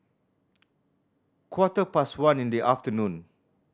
quarter past one in the afternoon